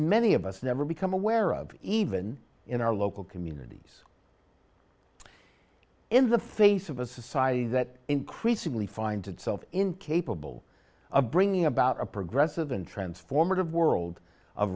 many of us never become aware of even in our local communities in the face of a society that increasingly finds itself incapable of bringing about a progressive and transformative world